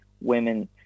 women